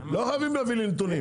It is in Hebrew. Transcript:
לא חייבים להביא לי נתונים.